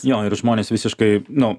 jo ir žmonės visiškai nu